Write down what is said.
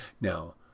Now